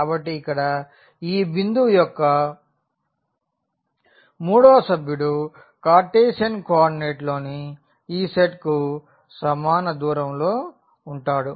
కాబట్టి ఇక్కడ ఈ బిందువు యొక్క మూడవ సభ్యుడు కార్టేసియన్ కోఆర్డినేట్లోని ఈ సెట్కు సమానం దూరం లో వుంటాడు